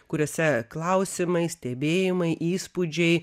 kuriuose klausimais stebėjimai įspūdžiai